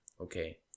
okay